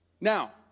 Now